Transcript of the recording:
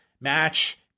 match